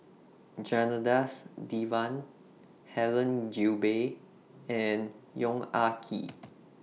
Janadas Devan Helen Gilbey and Yong Ah Kee